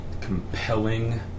compelling